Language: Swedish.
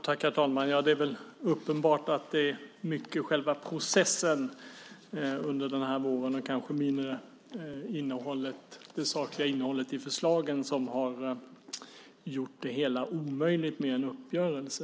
Herr talman! Det är väl uppenbart att det i hög grad är själva processen under den här våren och kanske mindre det sakliga innehållet i förslagen som har gjort det omöjligt med en uppgörelse.